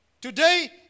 Today